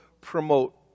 promote